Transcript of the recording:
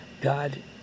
God